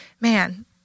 man